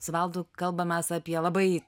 su valdu kalbamės apie labai